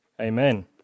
Amen